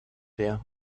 der